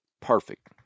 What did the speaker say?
perfect